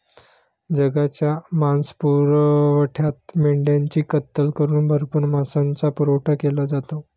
जगाच्या मांसपुरवठ्यात मेंढ्यांची कत्तल करून भरपूर मांसाचा पुरवठा केला जातो